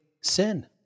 sin